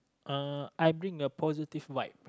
uh I bring a positive vibe